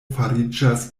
fariĝas